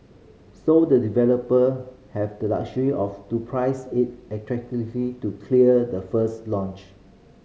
so the developer have the luxury of to price it attractively to clear the first launch